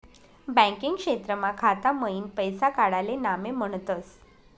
banking क्षेत्रमा खाता मईन पैसा काडाले नामे म्हनतस